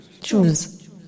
Choose